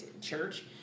church